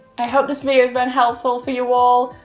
i hope this video's been helpful for you all.